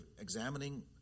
examining